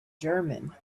german